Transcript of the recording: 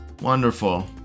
Wonderful